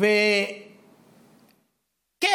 וכן,